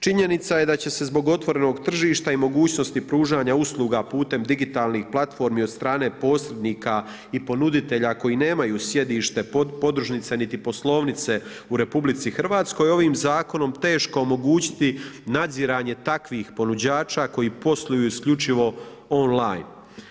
Činjenica je da će se zbog otvorenog tržišta i mogućnosti pružanja usluga putem digitalnih platformi od strane posrednika i ponuditelja koji nemaju sjedište podružnice niti poslovnice u RH ovim zakonom teško omogućiti nadziranje takvih ponuđača koji posluju isključivi online.